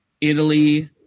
Italy